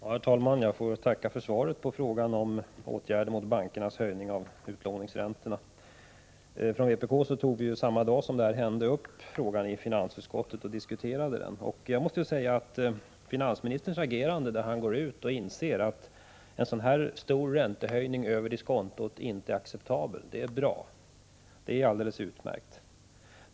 Herr talman! Jag tackar för svaret på frågan om åtgärder mot bankernas höjning av utlåningsräntorna. Samma dag som höjningen skedde tog vpk upp frågan till diskussion i finansutskottet. Jag måste säga att finansministerns uttalande att det inte är acceptabelt med en så stor höjning utöver vad som motsvarar diskontohöjningen är alldeles utmärkt.